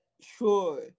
sure